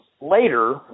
later